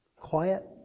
Quiet